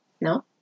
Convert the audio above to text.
No